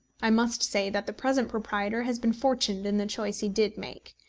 i must say that the present proprietor has been fortunate in the choice he did make.